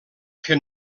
que